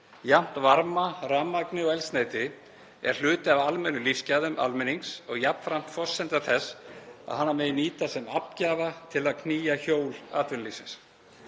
jafnt varma, rafmagni og eldsneyti, er hluti af almennum lífsgæðum almennings og jafnframt forsenda þess að hana megi nýta sem aflgjafa til að knýja hjól atvinnulífsins.